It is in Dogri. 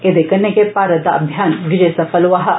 एहदे कन्नै गै भारत दा अभियान विजय सफल होआ हा